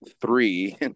three